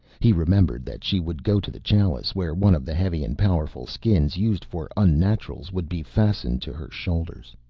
he remembered that she would go to the chalice where one of the heavy and powerful skins used for unnaturals would be fastened to her shoulders.